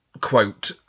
quote